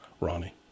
Ronnie